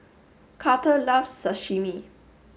Karter loves Sashimi